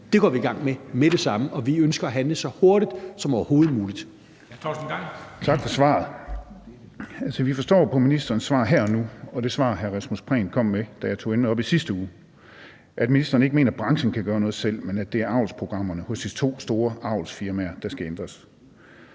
Det går vi i gang med med det samme, og vi ønsker at handle så hurtigt som overhovedet muligt.